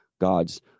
God's